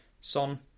Son